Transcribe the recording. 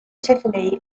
tiffany